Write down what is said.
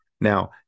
Now